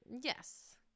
yes